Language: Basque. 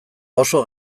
oso